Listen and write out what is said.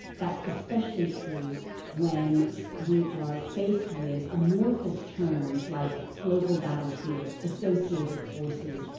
that's especially true when we are faced with amorphous terms like global battlefield, associated forces,